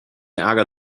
ärger